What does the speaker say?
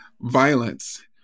violence